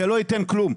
זה לא ייתן כלום,